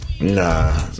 Nah